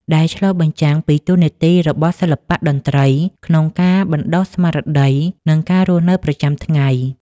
ដែលឆ្លុះបញ្ចាំងពីតួនាទីរបស់សិល្បៈតន្ត្រីក្នុងការបណ្តុះស្មារតី និងការរស់នៅប្រចាំថ្ងៃ។